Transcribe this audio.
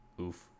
Oof